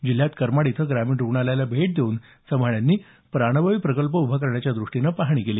जिल्ह्यात करमाड इथं ग्रामीण रुग्णालयाला भेट देऊन जिल्हाधिकारी चव्हाण यांनी प्राणवायू प्रकल्प उभा करण्याच्या दृष्टीने पाहणी केली